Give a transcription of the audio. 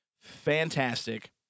fantastic